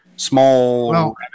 Small